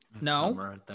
No